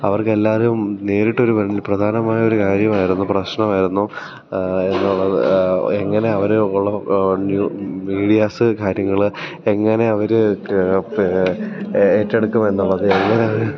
അവർക്കെല്ലാവരും നേരിട്ടൊരു പ്രധാനമായ ഒരു കാര്യമായിരുന്നു പ്രശ്നമായിരുന്നു എന്നുള്ളത് എങ്ങനെ അവരെ ഉള്ള മീഡിയാസ് കാര്യങ്ങള് എങ്ങനെ അവര് ഏറ്റെടുക്കുമെന്നുള്ളത് എങ്ങനെ അവര്